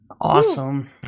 awesome